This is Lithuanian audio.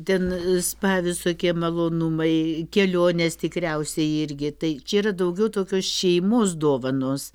ten spa visokie malonumai kelionės tikriausiai irgi tai čia yra daugiau tokios šeimos dovanos